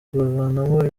kuvanamo